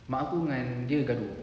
mak aku dengan dia gaduh